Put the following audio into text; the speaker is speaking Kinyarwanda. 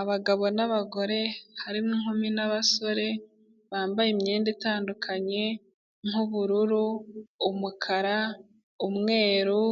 Abagabo n'abagore harimo inkumi n'abasore, bambaye imyenda itandukanye, nk'ubururu, umukara, umweru